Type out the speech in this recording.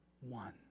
one